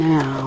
Now